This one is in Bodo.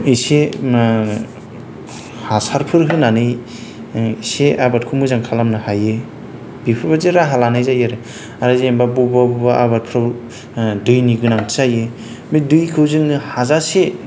एसे हासारफोर होनानै एसे आबादखौ मोजां खालामनो हायो बेफोरबायदि राहा लानाय जायो आरो आरो जेनेबा बबेबा बबेबा आबादफ्राव दैनि गोनांथि जायो बे दैखौ जोङो हाजासे